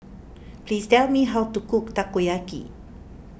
please tell me how to cook Takoyaki